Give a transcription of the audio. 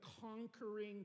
conquering